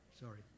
sorry